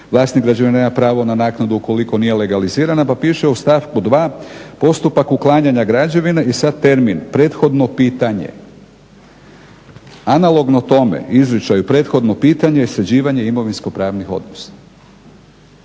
"Vlasnik građevine nema pravo na naknadu ukoliko nije legalizirana". Pa piše u stavku 2. postupak uklanjanja građevine i sad termin prethodno pitanje, analogno tome izričaju, prethodno pitanje sređivanje imovinsko pravnih odnosa.